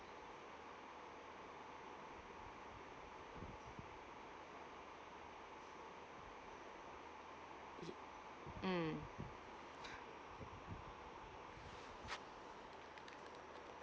mm mm